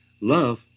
Love